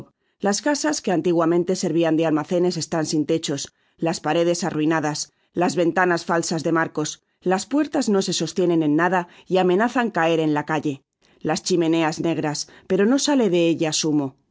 las casas que antiguamente servian de almacenes están sin techos las paredes arruinadas las ventanas faltas de marcos las puercas no se sostienen en nada y amenazan caer en la calle las chimeneas negras pero no sale de ellas humo